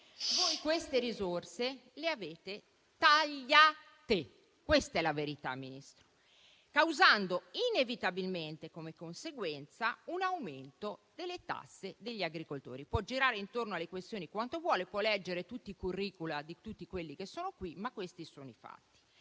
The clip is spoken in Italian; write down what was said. Voi queste risorse le avete tagliate - è la verità, Ministro - causando inevitabilmente, come conseguenza, un aumento delle tasse degli agricoltori. Può girare intorno alle questioni quanto vuole, può leggere tutti i *curricula* di tutti quelli che sono qui, ma questi sono i fatti.